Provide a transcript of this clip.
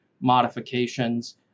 modifications